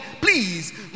please